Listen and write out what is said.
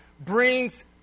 brings